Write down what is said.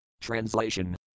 Translation